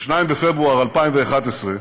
ב-2 בפברואר 2011,